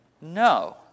No